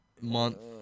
month